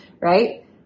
right